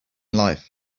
life